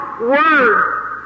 Word